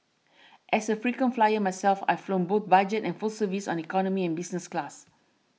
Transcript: as a frequent flyer myself I've flown both budget and full service on economy and business class